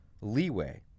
leeway